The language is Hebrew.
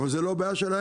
אבל זה לא בעיה שלהם,